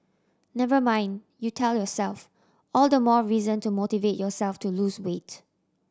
never mind you tell yourself all the more reason to motivate yourself to lose weight